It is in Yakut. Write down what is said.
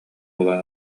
булан